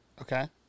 Okay